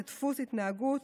זה דפוס התנהגות,